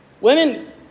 Women